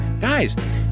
Guys